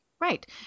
Right